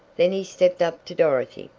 then he stepped up to dorothy.